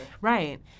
Right